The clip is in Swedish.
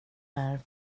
här